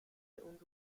und